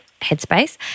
headspace